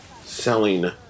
selling